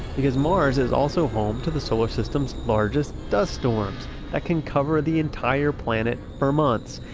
because mars is also home to the solar system's largest dust storms that can cover the entire planet for months.